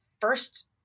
first